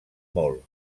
molt